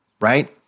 right